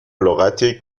لغتی